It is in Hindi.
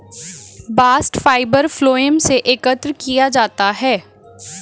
बास्ट फाइबर फ्लोएम से एकत्र किया जाता है